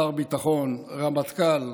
שר ביטחון, רמטכ"ל,